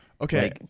Okay